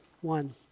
one